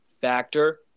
factor